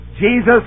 Jesus